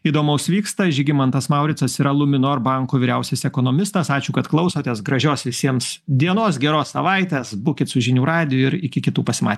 įdomaus vyksta žygimantas mauricas yra luminor banko vyriausias ekonomistas ačių kad klausotes gražios visiems dienos geros savaites būkit su žinių radijų ir iki kitų pasima